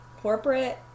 corporate